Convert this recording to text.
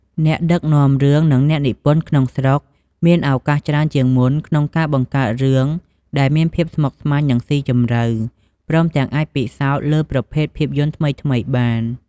អ្នកដឹកនាំរឿង និងអ្នកនិពន្ធក្នុងស្រុកមានឱកាសច្រើនជាងមុនក្នុងការបង្កើតរឿងដែលមានភាពស្មុគស្មាញ និងស៊ីជម្រៅ ព្រមទាំងអាចពិសោធន៍លើប្រភេទភាពយន្តថ្មីៗបាន។